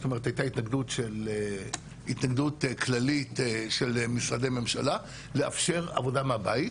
זאת אומרת הייתה התנגדות כללית של משרדי ממשלה לאפשר עבודה מהבית,